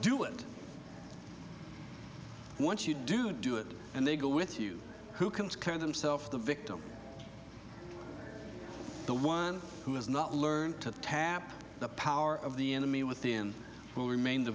do it once you do do it and they go with you who comes kind of themself the victim the one who has not learned to tap the power of the enemy within will remain the